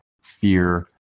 fear